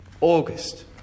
August